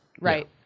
right